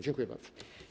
Dziękuję bardzo.